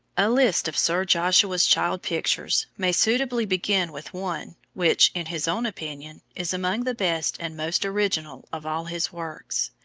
a list of sir joshua's child pictures may suitably begin with one which, in his own opinion, is among the best and most original of all his works.